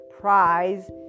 prize